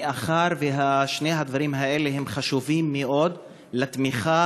מאחר ששני הדברים האלה חשובים מאוד לתמיכה